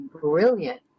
brilliant